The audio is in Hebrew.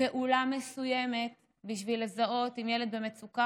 פעולה מסוימת בשביל לזהות אם ילד במצוקה